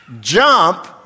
Jump